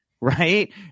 Right